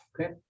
Okay